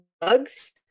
bugs